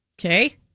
Okay